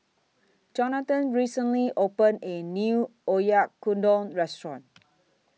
Jonathon recently opened A New Oyakodon Restaurant